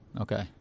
Okay